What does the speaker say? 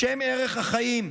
בשם ערך החיים,